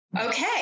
Okay